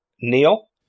Neil